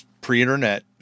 pre-internet